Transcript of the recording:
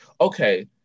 okay